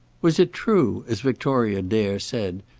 was it true, as victoria dare said,